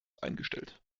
eingestellt